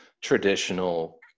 traditional